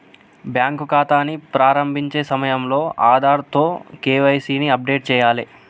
bank ఖాతాని ప్రారంభించే సమయంలో ఆధార్తో కేవైసీ ని అప్డేట్ చేయాలే